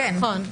נכון.